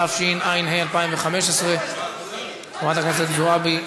התשע"ה 2015. חברת הכנסת זועבי,